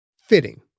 Fitting